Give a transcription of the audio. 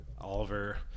Oliver